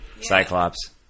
Cyclops